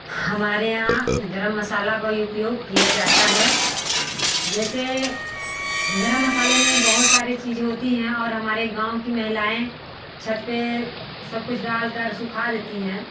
हमारे यहाँ गर्म मसाला का ही उपयोग किया जाता है जैसे गर्म मसाले में बहुत सारे चीज़ें होती हैं और हमारे गाँव की महिलाएँ छत पे सब कुछ डालकर सुखा देती हैं